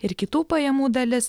ir kitų pajamų dalis